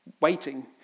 waiting